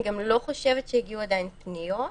אני גם לא חושבת שהגיעו עדיין פניות.